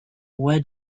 where